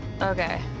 Okay